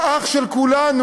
האח של כולנו,